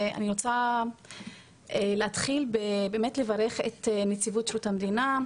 ואני רוצה להתחיל בלברך את נציבות שירות המדינה,